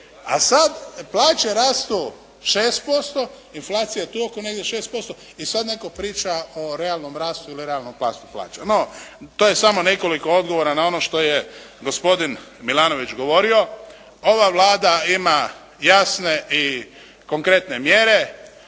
A sad plaće rastu 6%, inflacija je tu negdje oko 6% i sad netko priča o realnom rastu ili realnom …/Govornik se ne razumije./… plaća. No, to je samo nekoliko odgovora na ono što je gospodin Milanović govorio. Ova Vlada ima jasne i konkretne mjere.